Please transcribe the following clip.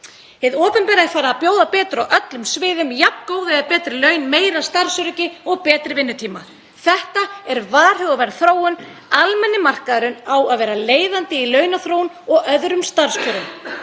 Hið opinbera er farið að bjóða betur á öllum sviðum, jafn góð eða betri laun, meira starfsöryggi og betri vinnutíma. Þetta er varhugaverð þróun. Almenni markaðurinn á að vera leiðandi í launaþróun og öðrum starfskjörum.